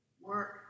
Work